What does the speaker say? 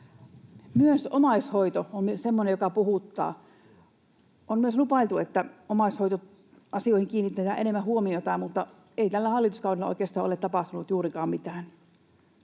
joka puhuttaa. On myös lupailtu, että omaishoitoasioihin kiinnitetään enemmän huomiota, mutta ei tällä hallituskaudella oikeastaan ole tapahtunut juurikaan mitään.